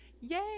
Yay